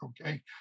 okay